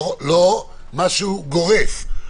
לא משהו גורף,